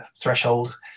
threshold